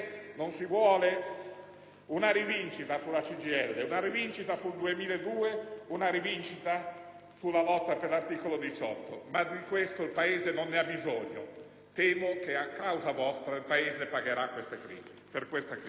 una rivincita sulla CGIL, una rivincita sul 2002, una rivincita sulla lotta per l'articolo 18. Ma di questo il Paese non ne ha bisogno. Temo che, a causa vostra, il Paese pagherà per questa crisi.